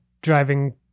driving